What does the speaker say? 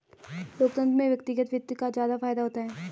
लोकतन्त्र में व्यक्तिगत वित्त का ज्यादा फायदा होता है